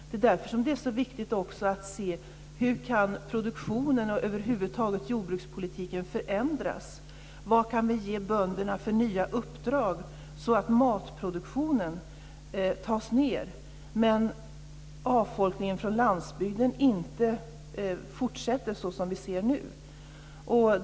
Det är därför som det är så viktigt också att se hur produktionen och jordbrukspolitiken över huvud taget kan förändras, vad vi kan ge bönderna för nya uppdrag, så att matproduktionen tas ned men avfolkningen från landsbygden inte fortsätter såsom den gör nu.